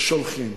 כששולחים.